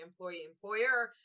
employee-employer